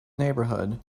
neighborhood